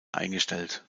eingestellt